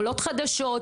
עולות חדשות,